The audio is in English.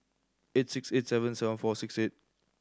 eight six eight seven seven four six eight